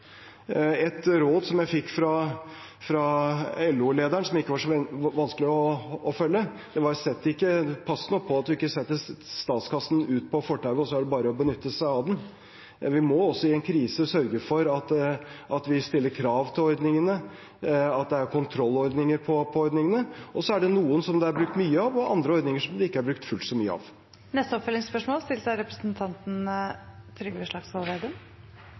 Et råd som jeg fikk fra LO-lederen, som ikke var så vanskelig å følge, var: Pass nå på at du ikke setter statskassen ut på fortauet, slik at det bare er å forsyne seg av den. Vi må også i en krise sørge for at vi stiller krav til ordningene, at det er kontrollordninger på ordningene. Og så er det noen ordninger som det er brukt mye av, og andre som det ikke er brukt fullt så mye av. Trygve Slagsvold Vedum – til oppfølgingsspørsmål.